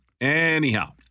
Anyhow